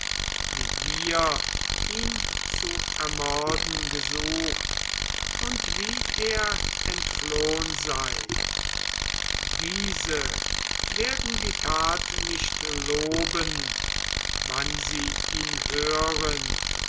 wie wir ihn zu ermorden gesucht und wie er entflohn sei diese werden die tat nicht loben wann sie ihn hören